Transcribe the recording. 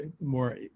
more